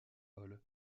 hall